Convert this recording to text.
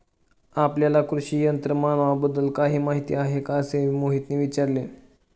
आपल्याला कृषी यंत्रमानवाबद्दल काही माहिती आहे का असे मोहितने विचारले?